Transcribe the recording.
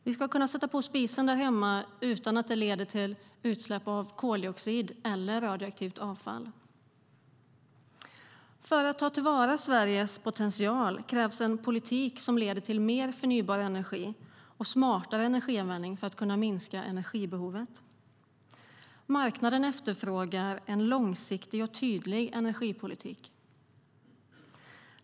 Vi ska kunna sätta på spisen därhemma utan att det leder till utsläpp av koldioxid eller radioaktivt avfall. För att ta till vara Sveriges potential krävs en politik som leder till mer förnybar energi och smartare energianvändning för att kunna minska energibehovet. Marknaden efterfrågar en långsiktig och tydlig energipolitik.